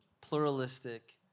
pluralistic